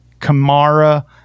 Kamara